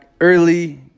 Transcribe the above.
early